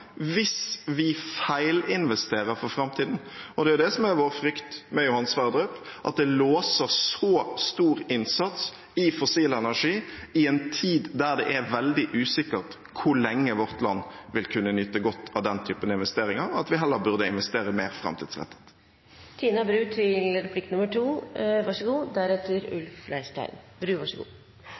hvis vi feilinvesterer for framtiden. Det som er vår frykt med Johan Sverdrup, er at det låser så stor innsats i fossil energi i en tid da det er veldig usikkert hvor lenge vårt land vil kunne nyte godt av den typen investeringer, at vi heller burde investere mer framtidsrettet.